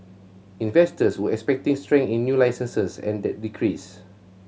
investors were expecting strength in new licences and that decreased